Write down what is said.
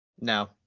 No